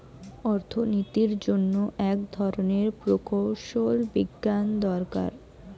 অর্থনীতির জন্য এক ধরনের প্রকৌশল বিজ্ঞান দরকার